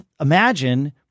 imagine